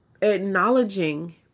Acknowledging